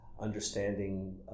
understanding